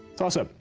toss-up.